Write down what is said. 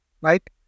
right